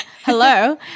hello